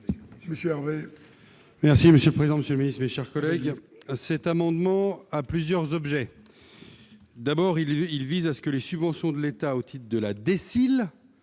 Monsieur Hervé,